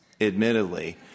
admittedly